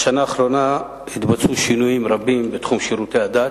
בשנה האחרונה התבצעו שינויים רבים בתחום שירותי הדת,